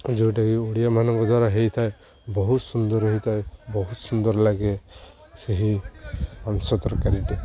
ଯେଉଁଟାକି ଓଡ଼ିଆମାନଙ୍କ ଦ୍ୱାରା ହେଇଥାଏ ବହୁତ ସୁନ୍ଦର ହେଇଥାଏ ବହୁତ ସୁନ୍ଦର ଲାଗେ ସେହି ଅଂଶ ତରକାରୀଟି